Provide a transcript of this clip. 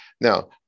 Now